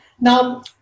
now